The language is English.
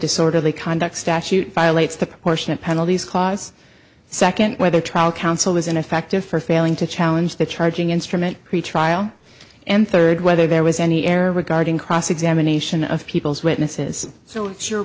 disorderly conduct statute violates the proportionate penalties clause second whether trial counsel was ineffective for failing to challenge the charging instrument pretrial and third whether there was any error regarding cross examination of people's witnesses so